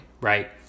right